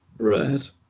right